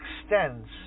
extends